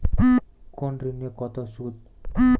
কোন ঋণে কত সুদ?